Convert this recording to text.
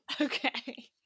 Okay